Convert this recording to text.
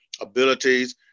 abilities